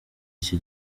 iki